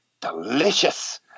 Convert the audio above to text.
Delicious